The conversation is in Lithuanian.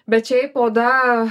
bet šiaip oda